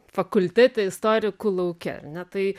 fakultete istorikų lauke ar ne tai